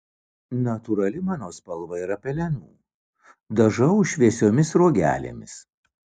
natūrali mano spalva yra pelenų dažau šviesiomis sruogelėmis